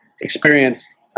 experience